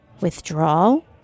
withdrawal